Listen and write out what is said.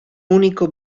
unico